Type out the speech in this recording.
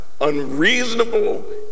unreasonable